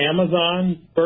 Amazon